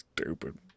Stupid